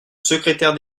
secrétaire